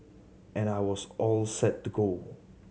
and I was all set to go